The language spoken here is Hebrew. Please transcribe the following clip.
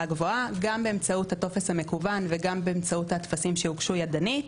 גבוהה גם באמצעות הטופס המקוון וגם הטפסים שהוגשו ידנית